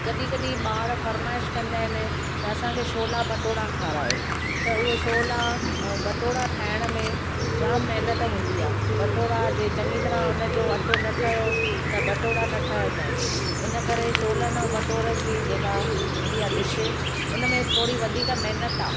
कॾहिं कॾहिं ॿार फरमाइश कंदा आहिनि त असांखे शोला बटोड़ा खारायो त उहे शोला ऐं बटोड़ा ठाहिण में जाम महिनत हूंदी आहे बटोड़ा जीअं चङी तरह हुन जो अटो न ठहियो त बटोड़ा न ठहंदा आहिनि इन करे शोलनि ऐं बटोड़नि जी जेका हूंदी आहे डिश हुन में थोरी वधीक महिनत आहे